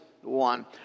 one